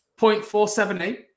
0.478